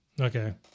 Okay